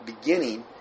beginning